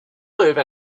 live